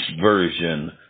version